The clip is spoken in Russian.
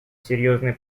серьезной